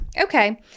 Okay